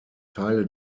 teile